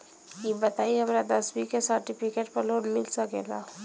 ई बताई हमरा दसवीं के सेर्टफिकेट पर लोन मिल सकेला?